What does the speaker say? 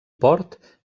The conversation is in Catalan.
port